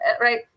right